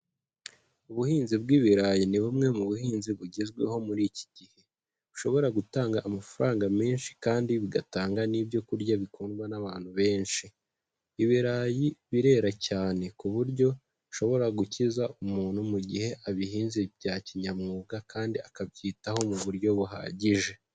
Ubuhinzi bw'ibirayi ni bumwe mu buhinzi bugezweho muri iki gihe, bushobora gutanga amafaranga menshi kandi bugatanga n'ibyo kurya bikundwa n'abantu benshi. Ibirayi birera cyane ku buryo bishobora gukiza umuntu mu gihe abihinze bya kinyamwuga kandi akabyitaho mu buryo buhagije.